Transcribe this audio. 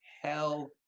hell